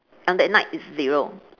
on that night is zero